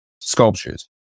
sculptures